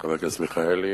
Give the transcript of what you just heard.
חבר הכנסת מיכאלי,